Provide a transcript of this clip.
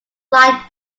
like